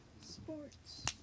Sports